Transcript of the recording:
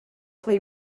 play